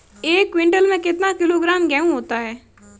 एक क्विंटल में कितना किलोग्राम गेहूँ होता है?